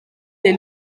des